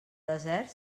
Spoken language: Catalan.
desert